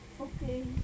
Okay